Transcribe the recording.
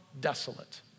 desolate